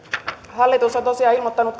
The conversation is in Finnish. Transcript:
hallitus on tosiaan ilmoittanut